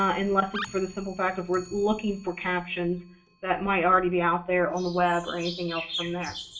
ah unless it's for the simple fact of we're looking for captions that might might already be out there on the web or anything else from there.